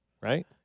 right